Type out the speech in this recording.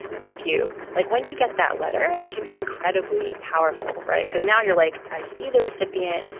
thank you. like when you get that letter it can be incredibly powerful. right. because now you're like i see the recipient.